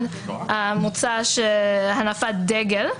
מוצעת עבירה חדשה, עבירה של הנפת דגל,